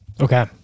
Okay